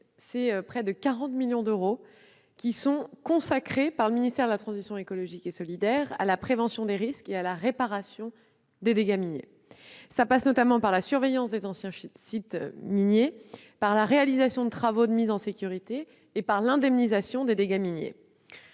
année, près de 40 millions d'euros sont ainsi consacrés par le ministère de la transition écologique et solidaire à la prévention des risques et à la réparation des dégâts miniers, au travers, notamment, de la surveillance des anciens sites miniers, de la réalisation de travaux de mise en sécurité et de l'indemnisation des dégâts miniers.